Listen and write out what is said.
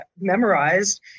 memorized